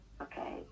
Okay